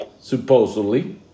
supposedly